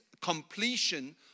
completion